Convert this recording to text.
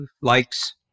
likes